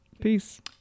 Peace